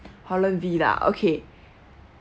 holland V lah okay